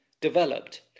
developed